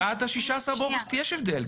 עד ה-16 לחודש יש הבדל.